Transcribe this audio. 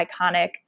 iconic